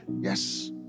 Yes